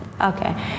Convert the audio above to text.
Okay